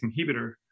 inhibitor